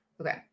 Okay